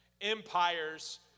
empires